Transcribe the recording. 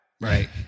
right